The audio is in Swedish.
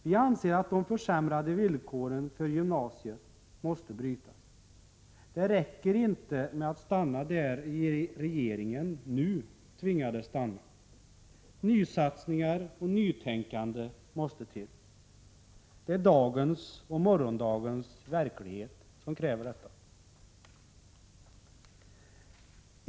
Vi anser att de försämrade villkoren för gymnasiet måste brytas. Det räcker inte med att stanna där regeringen nu tvingades stanna. Nysatsningar och nytänkande måste till. Det är dagens och morgondagens verklighet som kräver detta.